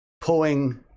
pulling